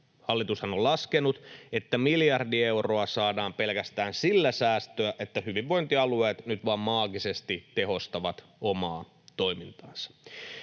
Hallitushan on laskenut, että miljardi euroa saadaan säästöä pelkästään sillä, että hyvinvointialueet nyt vaan maagisesti tehostavat omaa toimintaansa.